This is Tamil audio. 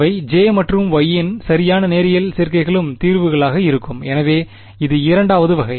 அவை J மற்றும் Y இன் சரியான நேரியல் சேர்க்கைகளும் தீர்வுகளாக இருக்கும் எனவே இது இரண்டாவது வகை